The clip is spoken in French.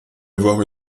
avoir